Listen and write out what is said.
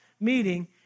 meeting